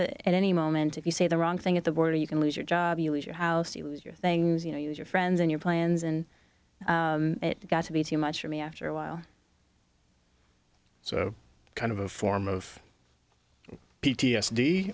that at any moment if you say the wrong thing at the border you can lose your job you lose your house he was your things you know your friends and your plans and it got to be too much for me after a while so kind of a form of p t s d